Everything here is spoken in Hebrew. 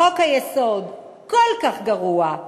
חוק-היסוד כל כך גרוע,